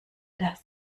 das